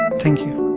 thank you.